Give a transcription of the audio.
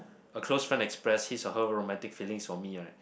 a close friend express his or her romantic feelings for me right